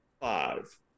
five